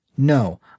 No